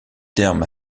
terme